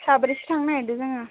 साब्रैसो थांनो नागेरदों जोङो